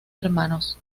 hermanos